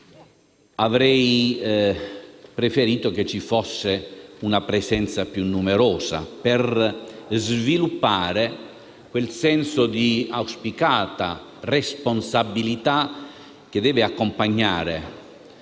avrei preferito che vi fosse una presenza più numerosa, per sviluppare quel senso di auspicata responsabilità che deve accompagnare